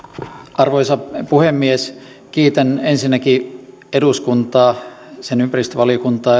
arvoisa puhemies kiitän ensinnäkin eduskuntaa sen ympäristövaliokuntaa